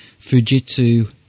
Fujitsu